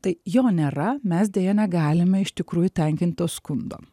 tai jo nėra mes deja negalime iš tikrųjų tenkint to skundo